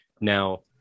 now